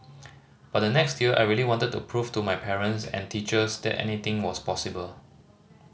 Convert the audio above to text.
but the next year I really wanted to prove to my parents and teachers that anything was possible